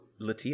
latia